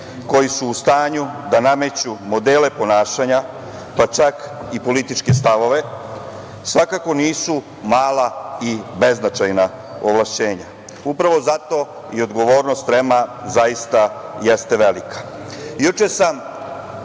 koji su u stanju da nameću modele ponašanja, pa čak i političke stavove, svakako nisu mala i beznačajna ovlašćenja. Upravo zato i odgovornost REM-a zaista jeste velika. Juče